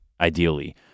ideally